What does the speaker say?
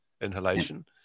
inhalation